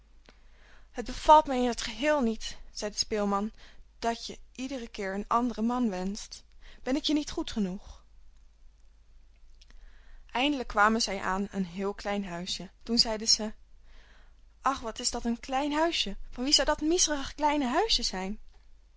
het bevalt mij in t geheel niet zei de speelman dat je iedere keer een anderen man wenscht ben ik je niet goed genoeg eindelijk kwamen zij aan een heel klein huisje toen zeide ze ach wat is dat een klein huisje van wie zou dat miezerige kleine huisje zijn